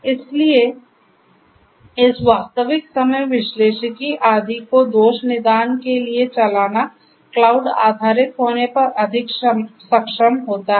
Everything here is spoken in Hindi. इसलिए इस वास्तविक समय विश्लेषिकी आदि को दोष निदान के लिए चलाना क्लाउड आधारित होने पर अधिक सक्षम होता है